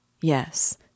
Yes